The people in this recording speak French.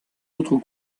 autres